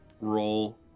roll